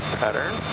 pattern